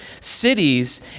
cities